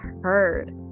heard